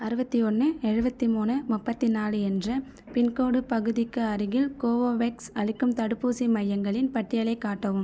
அறுபத்தி ஒன்று எழுபத்தி மூணு முப்பத்தி நாலு என்ற பின்கோடு பகுதிக்கு அருகில் கோவோவேக்ஸ் அளிக்கும் தடுப்பூசி மையங்களின் பட்டியலைக் காட்டவும்